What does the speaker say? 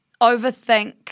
overthink